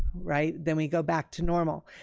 right, then we go back to normal.